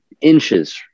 inches